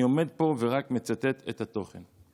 אני עומד פה ורק מצטט את התוכן: